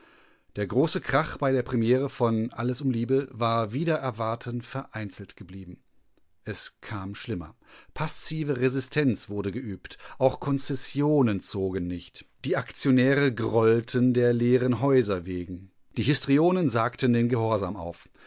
der große krach bei der premiere von alles um liebe war wider erwarten vereinzelt geblieben es kam schlimmer passive resistenz wurde geübt auch konzessionen zogen nicht die aktionäre grollten der leeren häuser wegen die histrionen sagten den gehorsam auf